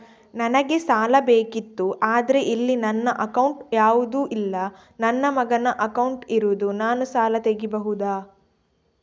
ನನಗೆ ಸಾಲ ಬೇಕಿತ್ತು ಆದ್ರೆ ಇಲ್ಲಿ ನನ್ನ ಅಕೌಂಟ್ ಯಾವುದು ಇಲ್ಲ, ನನ್ನ ಮಗನ ಅಕೌಂಟ್ ಇರುದು, ನಾನು ಸಾಲ ತೆಗಿಬಹುದಾ?